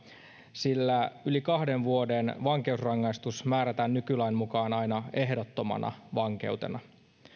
sillä yli kahden vuoden vankeusrangaistus määrätään nykylain mukaan aina ehdottomana vankeutena